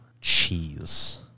cheese